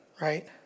Right